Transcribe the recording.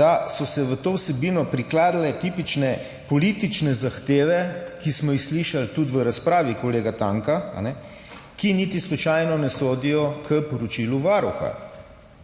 v to vsebino so se prikradle tipične politične zahteve, ki smo jih slišali tudi v razpravi kolega Tanka, ki niti slučajno ne sodijo k poročilu Varuha.